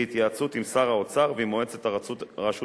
בהתייעצות עם שר האוצר ועם מועצת הרשות